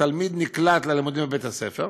התלמיד נקלט בלימודים בבית-הספר,